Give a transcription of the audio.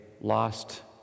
lost